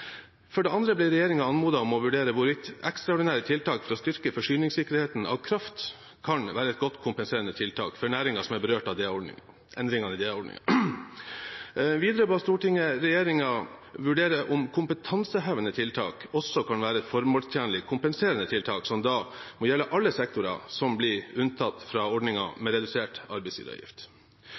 For det andre ble regjeringen anmodet om å vurdere hvorvidt ekstraordinære tiltak for å styrke forsyningssikkerheten av kraft kan være et godt kompenserende tiltak for næringer som er berørt av endringene i DA-ordningen. Videre ba Stortinget regjeringen vurdere om kompetansehevende tiltak også kan være et formålstjenlig kompenserende tiltak som da må gjelde alle sektorer som blir unntatt fra ordningen med redusert arbeidsgiveravgift.